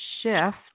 shift